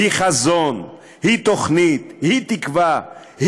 היא חזון, היא תוכנית, היא תקווה,